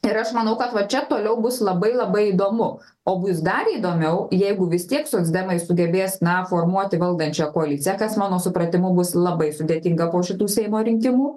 ir aš manau kad va čia toliau bus labai labai įdomu o bus dar įdomiau jeigu vis tiek socdemai sugebės na formuoti valdančią koaliciją kas mano supratimu bus labai sudėtinga po šitų seimo rinkimų